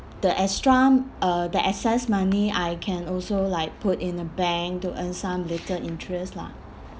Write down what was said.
the extra uh the excess money I can also like put in a bank to earn some little interest lah